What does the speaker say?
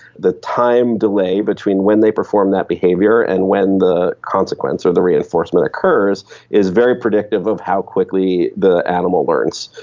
the time delay between when they perform that behaviour and when the consequence or the reinforcement occurs is very predictive of how quickly the animal learns.